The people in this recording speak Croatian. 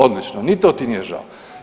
Odlično, ni to ti nije žao.